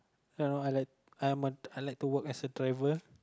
uh I like I'm a I like to work as driver